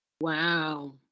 Wow